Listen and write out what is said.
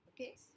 Okay